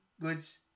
goods